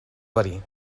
verí